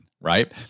right